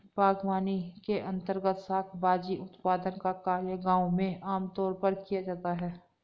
बागवानी के अंर्तगत शाक भाजी उत्पादन का कार्य गांव में आमतौर पर किया जाता है